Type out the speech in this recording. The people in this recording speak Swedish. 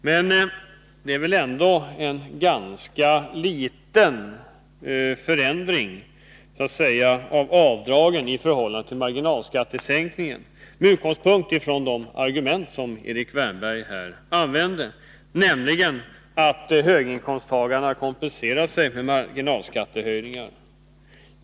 Men det är väl ändå en ganska liten förändring av avdragen i förhållande till marginalskattesänkningen, med utgångspunkt från de argument som Erik Wärnberg här använde, nämligen att höginkomsttagarna kompenserar sig för marginalskattehöjningarna.